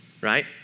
right